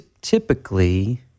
Typically